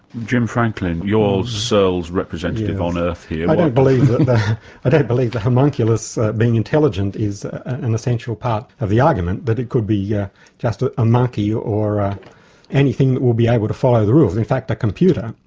jim franklin, you're searle's representative on earth here. i ah don't believe the homunculus being intelligent is an essential part of the argument, that it could be yeah just ah a monkey or or ah anything that will be able to follow the rules in fact, a computer.